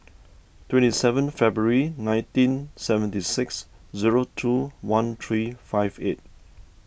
twenty seven February nineteen seventy six zero two one three five eight